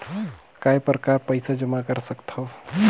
काय प्रकार पईसा जमा कर सकथव?